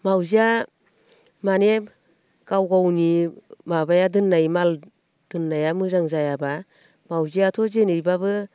मावजिया माने गाव गावनि माबाया दोननाय माल दोननाया मोजां जायाब्ला मावजियाथ' जेरैब्लाबो